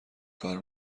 کار